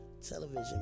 television